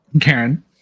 karen